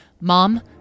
mom